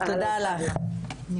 תודה לך.